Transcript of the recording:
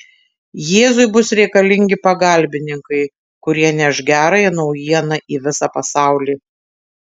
jėzui bus reikalingi pagalbininkai kurie neš gerąją naujieną į visą pasaulį